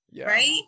right